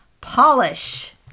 polish